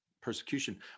persecution